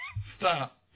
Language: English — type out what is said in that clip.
Stop